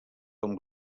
com